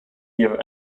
year